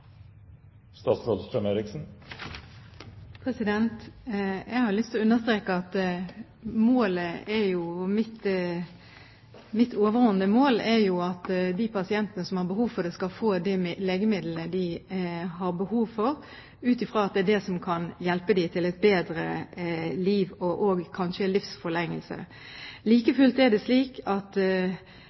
Jeg har lyst til å understreke at mitt overordnede mål er at de pasientene som har behov for det, skal få de legemidlene de har behov for, ut fra at det er det som kan hjelpe dem til et bedre liv, og også kanskje livsforlengelse. Like fullt er det slik at